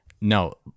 No